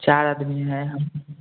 चारि आदमी हइ हम